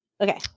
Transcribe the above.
Okay